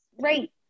right